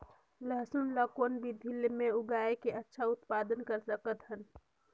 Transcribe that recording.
लसुन ल कौन विधि मे लगाय के अच्छा उत्पादन कर सकत हन?